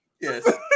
Yes